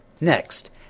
Next